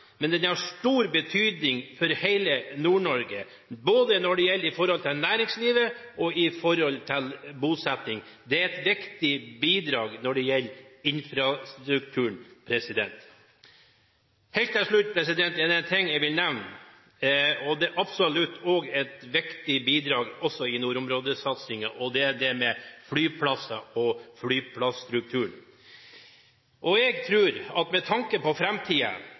men det har stor betydning for hele Nord- Norge, både med hensyn til næringsliv og bosetting. Det er et viktig bidrag til infrastrukturen. Helt til slutt vil jeg nevne noe som absolutt er et viktig bidrag i nordområdesatsingen: flyplasser og flyplasstrukturen. Jeg tror at med tanke på